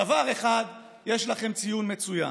בדבר אחד יש לכם ציון מצוין: